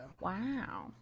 Wow